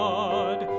God